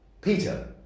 Peter